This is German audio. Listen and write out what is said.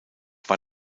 war